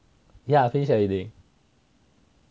ya finish everything